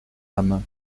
âme